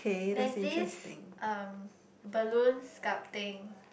there's this um balloon sculpting